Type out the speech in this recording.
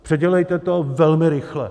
Předělejte to velmi rychle.